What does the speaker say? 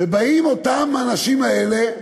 ובאים האנשים האלה,